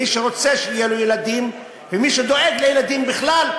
מי שרוצה שיהיו לו ילדים ומי שדואג לילדים בכלל,